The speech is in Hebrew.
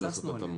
התבססנו עליה.